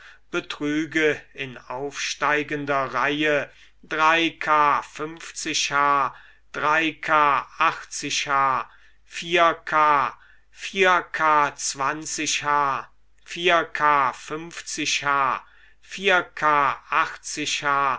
betrüge in aufsteigender reihe